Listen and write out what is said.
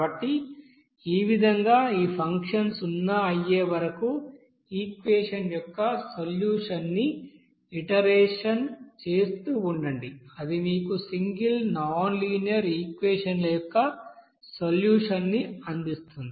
కాబట్టి ఈ విధంగా ఈ ఫంక్షన్ సున్నా అయ్యే వరకు ఈక్వెషన్ యొక్క సొల్యూషన్ ని ఇటరేషన్ చేస్తూ ఉండండి అది మీకు సింగిల్ నాన్ లీనియర్ఈక్వెషన్ యొక్క సొల్యూషన్ ని అందిస్తుంది